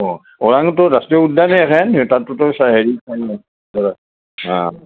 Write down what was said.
অঁ ওৰাঙতো ৰাষ্ট্ৰীয় উদ্যানে